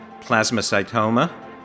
Plasmacytoma